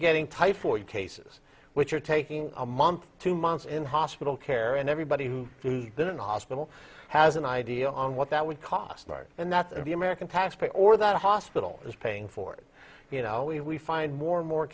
getting typhoid cases which are taking a month two months in hospital care and everybody who has been in hospital has an idea on what that would cost and that the american taxpayer or that hospital is paying for it you know if we find more and more